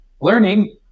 learning